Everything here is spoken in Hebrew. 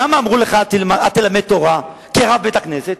למה אמרו לך אל תלמד תורה כרב בית-כנסת?